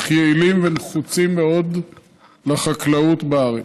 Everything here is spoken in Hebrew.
אך יעילים ונחוצים מאוד לחקלאות בארץ.